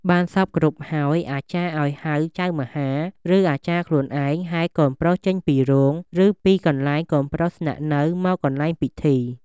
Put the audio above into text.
បានសព្វគ្រប់ហើយ អាចារ្យឲ្យចៅមហា ឬអាចារ្យ ខ្លួនឯងហែរកូនប្រុសចេញពីរោង ឬពីកន្លែងកូនប្រុសស្នាក់នៅមកកន្លែងពិធី។